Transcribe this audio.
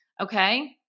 okay